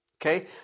Okay